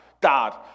Dad